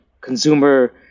consumer